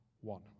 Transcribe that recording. one